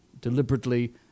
deliberately